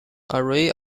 array